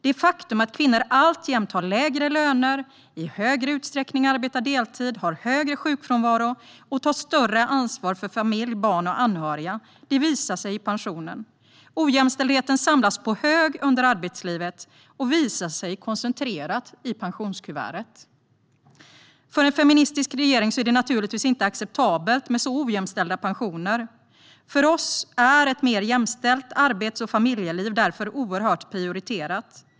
Det faktum att kvinnor alltjämt har lägre löner, i större utsträckning arbetar deltid, har större sjukfrånvaro och tar större ansvar för familj, barn och anhöriga visar sig i pensionen. Ojämställdheten samlas på hög under arbetslivet och visar sig koncentrerat i pensionskuvertet. För en feministisk regering är det naturligtvis inte acceptabelt med så ojämställda pensioner. För oss är ett mer jämställt arbets och familjeliv därför oerhört prioriterat.